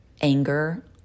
Anger